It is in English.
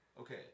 okay